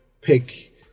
pick